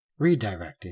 Redirecting